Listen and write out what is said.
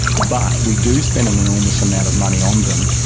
but we do spend an enormous amount of money on them,